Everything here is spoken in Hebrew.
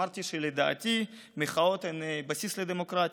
אמרתי שלדעתי מחאות הן בסיס לדמוקרטיה.